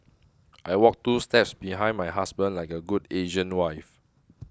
I walk two steps behind my husband like a good Asian wife